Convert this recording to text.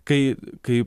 kai kai